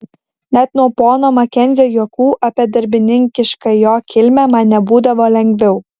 net nuo pono makenzio juokų apie darbininkišką jo kilmę man nebūdavo lengviau